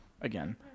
again